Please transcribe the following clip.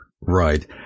Right